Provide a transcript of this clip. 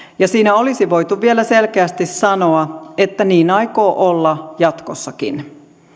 ja siinä olisi voitu vielä selkeästi sanoa että niin aikoo olla jatkossakin